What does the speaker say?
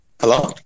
Hello